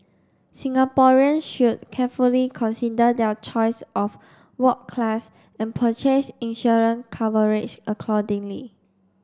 Singaporeans should carefully consider their choice of ward class and purchase insurance coverage accordingly